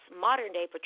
modern-day